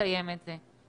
לקיים את זה.